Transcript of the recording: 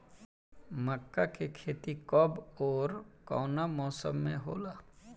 मका के खेती कब ओर कवना मौसम में होला?